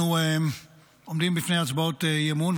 אנחנו עומדים בפני הצבעות אי-אמון,